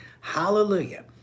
Hallelujah